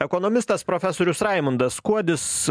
ekonomistas profesorius raimundas kuodis